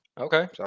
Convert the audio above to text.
Okay